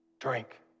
Drink